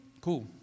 cool